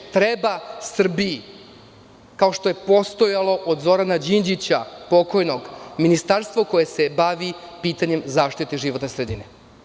Treba Srbiji, kao što je postojalo od Zorana Đinđića, pokojnog, ministarstvo koje se bavi pitanjem zaštite životne sredine.